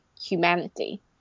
humanity